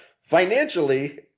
financially